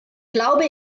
glaube